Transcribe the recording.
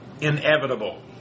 inevitable